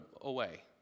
away